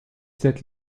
sept